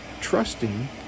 trusting